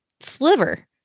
sliver